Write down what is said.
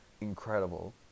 incredible